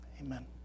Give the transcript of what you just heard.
amen